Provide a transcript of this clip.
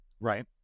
right